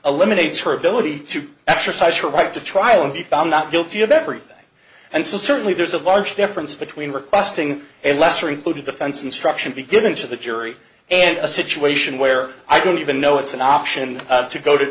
eliminates her ability to exercise her right to trial and be found not guilty of everything and so certainly there's a large difference between requesting a lesser included defense instruction be given to the jury and a situation where i don't even know it's an option to go to